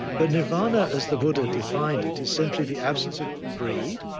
but nirvana as the buddha defined it is simply the absence of greed,